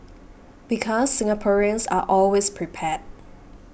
because Singaporeans are always prepared